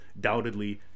doubtedly